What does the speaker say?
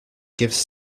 gives